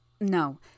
No